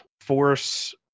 force